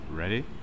Ready